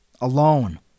Alone